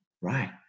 Right